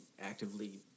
actively